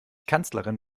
kanzlerin